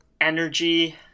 energy